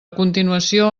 continuació